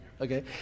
Okay